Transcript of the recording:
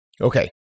Okay